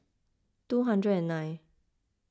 two hundred and nine